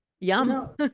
Yum